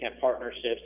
partnerships